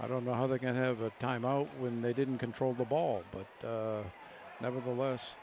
i don't know how they're going to have a time out when they didn't control the ball but nevertheless